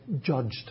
judged